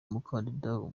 umukandida